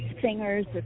singers